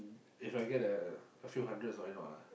If I get a a few hundreds why not ah